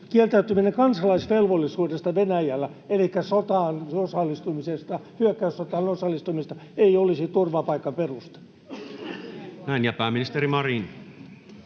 kieltäytyminen kansalaisvelvollisuudesta Venäjällä elikkä hyökkäyssotaan osallistumisesta ei olisi turvapaikkaperuste. [Speech 378] Speaker: Toinen